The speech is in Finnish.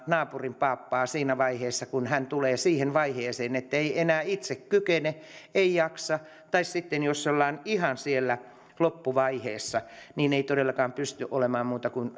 naapurin paappaa siinä vaiheessa kun he tulevat siihen vaiheeseen etteivät enää itse kykene eivät jaksa tai sitten jos ollaan ihan siellä loppuvaiheessa eivät todellakaan pysty olemaan muuta kuin